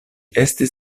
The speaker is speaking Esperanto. estis